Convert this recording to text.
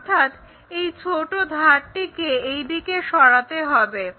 অর্থাৎ এই ছোটো ধারটিকে এইদিকে সরাতে হবে